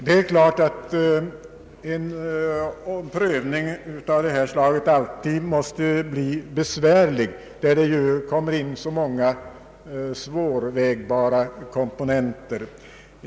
Det är klart att en prövning av detta slag alltid måste bli besvärlig, eftersom det finns så många svårvägbara komponenter.